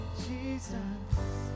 Jesus